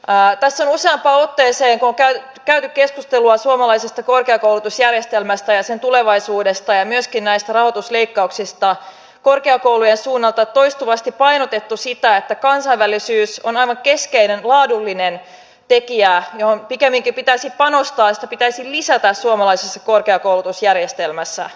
kun on se ettei sen kokea jo käyty keskustelua suomalaisesta korkeakoulutusjärjestelmästä ja sen tulevaisuudesta ja myöskin näistä rahoitusleikkauksista tässä on korkeakoulujen suunnalta toistuvasti painotettu sitä että kansainvälisyys on aivan keskeinen laadullinen tekijä johon pikemminkin pitäisi panostaa ja jota pitäisi lisätä suomalaisessa korkeakoulutusjärjestelmässä